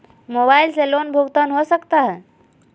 Mobile से loan भुगतान हो सकता है?